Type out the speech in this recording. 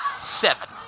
seven